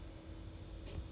!wah! 这么多 ah